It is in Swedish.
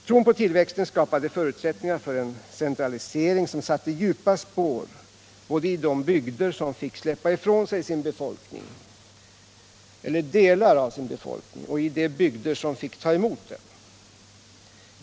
Tron på tillväxten skapade förutsättningar för en centralisering, som satte djupa spår både i de bygder som fick släppa ifrån sig en del av sin befolkning och i de bygder som fick ta emot dessa människor.